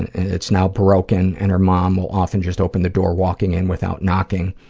and it's now broken and her mom will often just open the door, walking in without knocking.